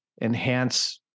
enhance